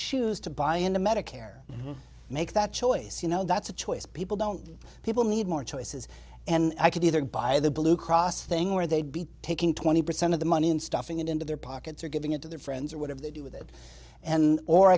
choose to buy into medicare make that choice you know that's a choice people don't people need more choices and i could either buy the blue cross thing where they'd be taking twenty percent of the money and stuffing it into their pockets or giving it to their friends or whatever they do with it and or